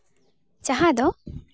ᱡᱟᱦᱟᱸ ᱫᱚ